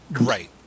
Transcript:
Right